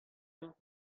mañ